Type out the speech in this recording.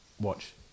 watch